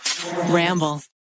Ramble